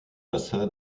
massa